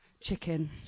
Chicken